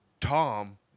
Tom